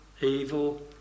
evil